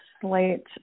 slate